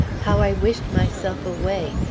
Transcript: how i wished myself away,